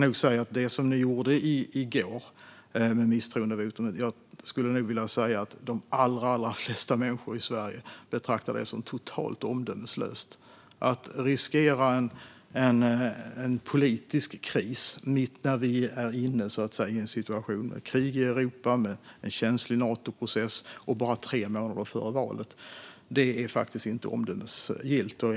När det gäller gårdagens misstroendevotum betraktar nog de allra flesta människor i Sverige det som totalt omdömeslöst. Att riskera en politisk kris när det är krig i Europa, vi har en känslig Natoprocess och det är bara tre månader till valet är inte omdömesgillt.